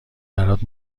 برات